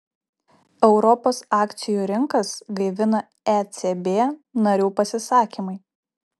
europos akcijų rinkas gaivina ecb narių pasisakymai